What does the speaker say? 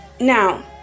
now